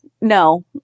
No